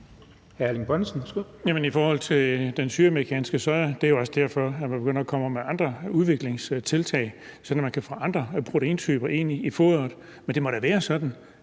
I forhold til den sydamerikanske soja vil jeg sige, at det jo også er derfor, at man begynder at komme med andre udviklingstiltag, sådan at man kan få andre proteintyper ind i foderet. Men det må da være sådan,